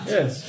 Yes